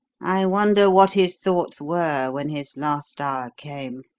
i wonder what his thoughts were when his last hour came.